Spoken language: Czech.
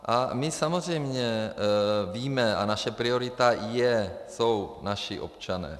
A my samozřejmě víme, a naše priorita jsou naši občané.